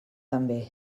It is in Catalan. també